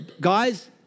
guys